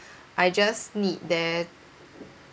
I just need there